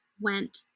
went